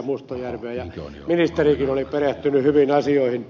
mustajärveä ja ministerikin oli perehtynyt hyvin asioihin